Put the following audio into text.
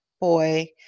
boy